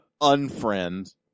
Unfriend